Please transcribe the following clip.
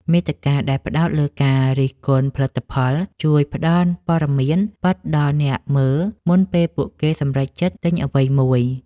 មាតិកាដែលផ្ដោតលើការរិះគន់ផលិតផល ជួយផ្តល់ព័ត៌មានពិតដល់អ្នកមើលមុនពេលពួកគេសម្រេចចិត្តទិញអ្វីមួយ។